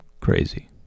crazy